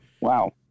Wow